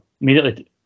immediately